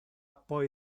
poi